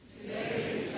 Today